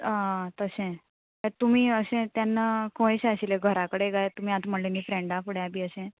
आं तशें काय तुमी अशें तेन्ना खंय शें आशिल्लें घराकडेन काय तुमी आतां म्हणलें न्ही फ्रेंडा फुड्या बी अशें